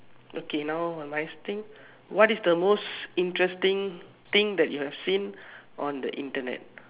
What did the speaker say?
okay now a nice thing what is the most interesting thing that you've seen on the Internet